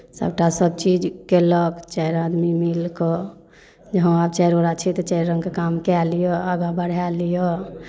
सभटा सभचीज कयलक चारि आदमी मिलि कऽ जे हँ आब चारि गोटए छी तऽ चारि काम कए लिअ आगाँ बढ़ाए लिअ